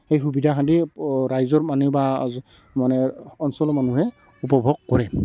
সেই সুবিধাখিনি ৰাইজৰ মানুহে বা মানে অঞ্চলৰ মানুহে উপভোগ কৰে